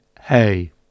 hey